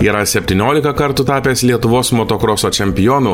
yra septyniolika kartų tapęs lietuvos motokroso čempionu